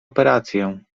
operację